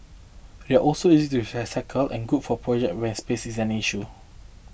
they are also easy to recycle and good for projects where space is an issue